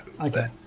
okay